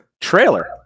trailer